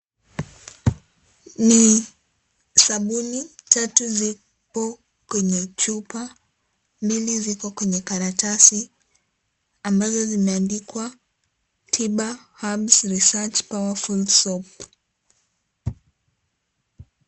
Ni sabuni tatu zipo kwenye chupa, mbili ziko kwenye karatasi, ambazo zimeandikwa, Tiba Herbs Research Powerful Soap .